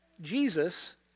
Jesus